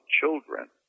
children